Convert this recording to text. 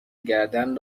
گردن